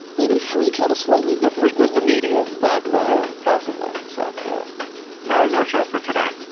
maybe freak had a slightly the freak with the media back then possibly. so that is our show for today.